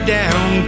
down